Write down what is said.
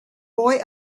boy